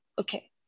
Okay